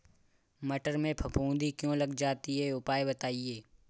मटर में फफूंदी क्यो लग जाती है उपाय बताएं?